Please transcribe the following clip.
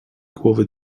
głowy